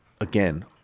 again